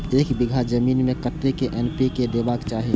एक बिघा जमीन में कतेक एन.पी.के देबाक चाही?